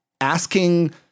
asking